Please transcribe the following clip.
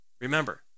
Remember